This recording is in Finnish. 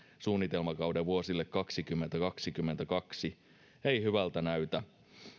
suunnitelmakauden vuosille kaksikymmentä viiva kaksikymmentäkaksi ei hyvältä näytä